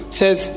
says